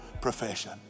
profession